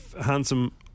handsome